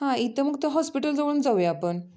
हा इथं मग तर हॉस्पिटल जवळून जाऊ या आपण